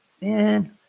man